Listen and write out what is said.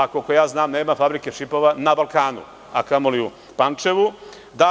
Koliko ja znam, nema fabrike čipova na Balkanu, a kamoli u Pančevu.